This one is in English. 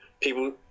people